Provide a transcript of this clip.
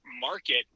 market